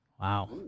Wow